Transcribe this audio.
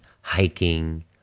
hiking